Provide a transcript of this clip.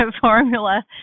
formula